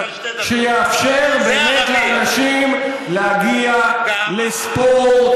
שיאפשר באמת לאנשים להגיע לספורט,